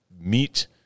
meet